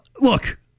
look